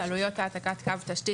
עלויות העתקת קו תשתית